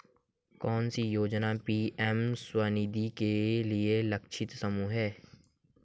कौन सी योजना पी.एम स्वानिधि के लिए लक्षित समूह है?